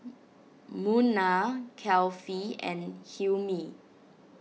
Munah Kefli and Hilmi